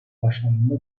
başlarında